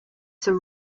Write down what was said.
sir